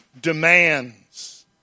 demands